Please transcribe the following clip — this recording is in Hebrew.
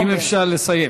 אם אפשר לסיים.